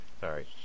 Sorry